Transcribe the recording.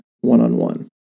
one-on-one